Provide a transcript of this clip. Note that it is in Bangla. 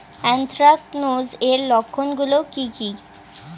এ্যানথ্রাকনোজ এর লক্ষণ গুলো কি কি?